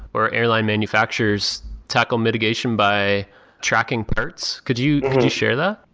or airlines manufacturers tackle mitigation by tracking parts. could you share that?